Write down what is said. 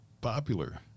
popular